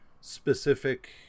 specific